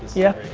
yeah?